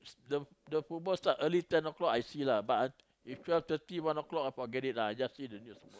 the the football start early ten o-clock I see lah but if twelve thirty one o-clock forget it lah I just see the news